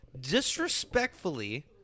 disrespectfully